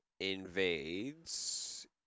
invades